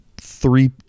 three